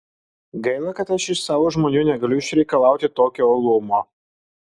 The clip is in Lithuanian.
gaila kad aš iš savo žmonių negaliu išreikalauti tokio uolumo